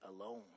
alone